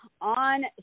on